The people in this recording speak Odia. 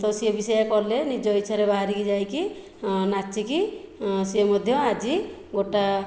ତ ସେ ବି ସେଇଆ କଲେ ନିଜ ଇଚ୍ଛାରେ ବହାରିକି ଯାଇକି ନାଚିକି ସିଏ ମଧ୍ୟ ଆଜି ଗୋଟା